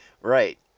Right